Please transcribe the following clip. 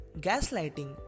gaslighting